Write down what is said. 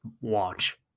watch